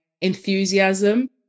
enthusiasm